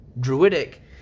druidic